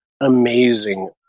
amazing